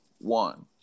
one